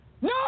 no